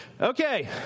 Okay